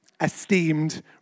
esteemed